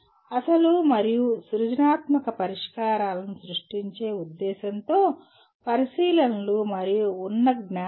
అసలు మరియు సృజనాత్మక పరిష్కారాలను సృష్టించే ఉద్దేశ్యంతో పరిశీలనలు మరియు ఉన్న జ్ఞానం